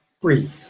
Breathe